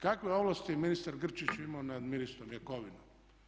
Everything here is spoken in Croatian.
Kakve ovlasti je ministar Grčić imamo nad ministrom Jakovinom?